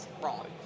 wrong